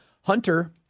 Hunter